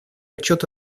отчет